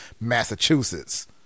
Massachusetts